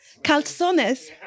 calzones